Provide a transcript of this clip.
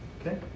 Okay